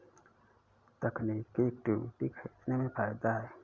तकनीकी इक्विटी खरीदने में फ़ायदा है